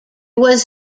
was